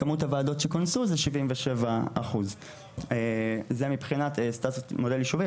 שיעור הוועדות שכונסו הוא 77%. זה מבחינת סטטוס מודל יישובי.